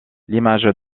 l’image